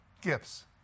gifts